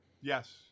Yes